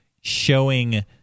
showing